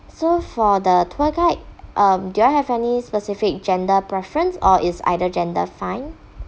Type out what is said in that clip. so for the tour guide um do you all have any specific gender preference or is either gender fine